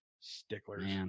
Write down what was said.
Sticklers